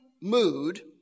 mood